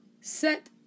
set